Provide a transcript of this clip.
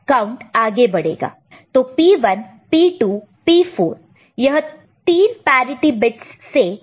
तो P1 P2 P4 यह 3 parity bits से हम D7 तक जा सकते हैं